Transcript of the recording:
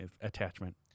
attachment